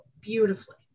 beautifully